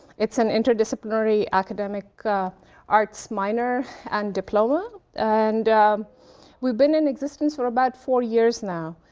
it's an interdisciplinary academic arts minor and diploma and we've been in existence for about four years now.